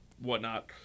whatnot